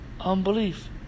Unbelief